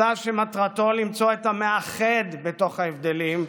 מסע שמטרתו למצוא את המאחד בתוך ההבדלים,